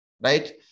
right